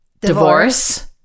divorce